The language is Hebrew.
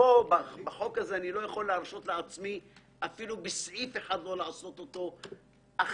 בחוק הזה אני לא יכול להרשות לעצמי אפילו בסעיף אחד לא לעשות אותו הכי